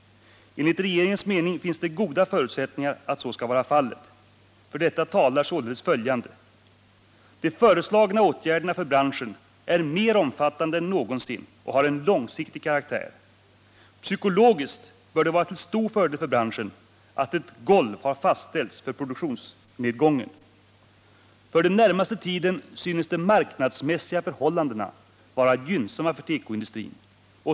Enligt regeringens mening finns det goda förutsättningar att så skulle vara fallet. För detta talar följande: De föreslagna åtgärderna för branschen är mer omfattande än någonsin och har en långsiktig karaktär. Psykologiskt bör det vara till stor fördel för branschen att ett golv har fastställts för produktionsnedgången. För den närmaste tiden synes de marknadsmässiga förhållandena vara gynnsamma för tekoindustrin.